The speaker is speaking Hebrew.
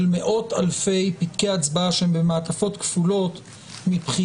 מאות אלפי פתקי הצבעה במעטפות כפולות בנוגע